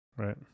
Right